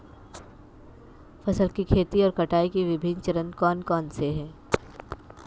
फसल की खेती और कटाई के विभिन्न चरण कौन कौनसे हैं?